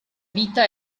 vita